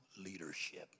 leadership